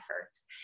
efforts